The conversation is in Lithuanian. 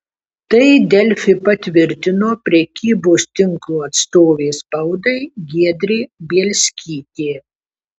tai delfi patvirtino prekybos tinklo atstovė spaudai giedrė bielskytė